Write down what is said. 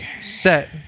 Set